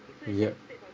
yup